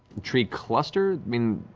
tree cluster? i mean,